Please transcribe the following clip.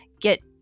get